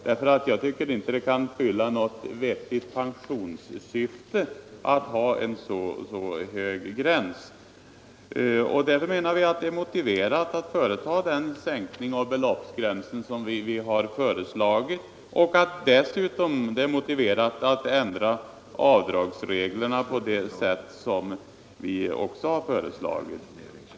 Det kan inte fylla något syfte ur pensionssynpunkt att sätta gränsen så högt. Därför anser vi det motiverat att företa den sänkning av beloppsgränsen och den ändring av avdragsreglerna som vi har föreslagit.